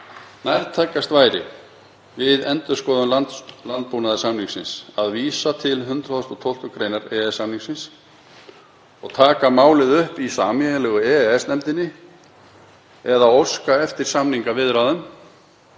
Nærtækast væri við endurskoðun landbúnaðarsamningsins að vísa til 112. gr. EES-samningsins og taka málið upp í sameiginlegu EES-nefndinni eða óska eftir samningaviðræðum